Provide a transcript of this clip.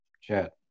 chat